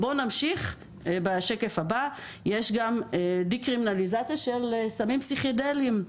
יש גם דה-קרימינליזציה של סמים פסיכדליים.